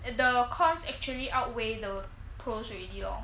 the cons actually outweigh the pros already lor